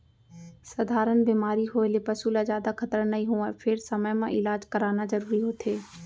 सधारन बेमारी होए ले पसू ल जादा खतरा नइ होवय फेर समे म इलाज कराना जरूरी होथे